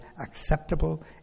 acceptable